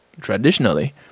Traditionally